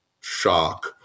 shock